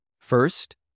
First